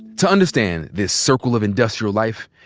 to understand this circle of industrial life,